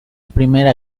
primera